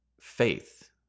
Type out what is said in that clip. faith